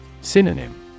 Synonym